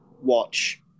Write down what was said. watch